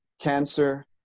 Cancer